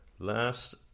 Last